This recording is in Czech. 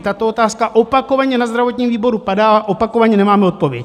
Tato otázka opakovaně na zdravotním výboru padá a opakovaně nemáme odpověď.